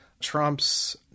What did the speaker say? Trump's